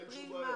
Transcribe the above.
אין שום בעיה.